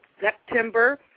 September